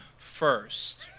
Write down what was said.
First